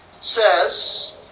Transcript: says